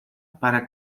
para